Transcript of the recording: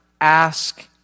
ask